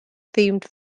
themed